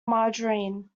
margarine